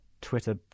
twitter